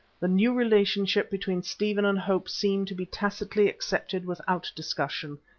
the new relationship between stephen and hope seemed to be tacitly accepted without discussion.